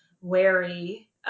wary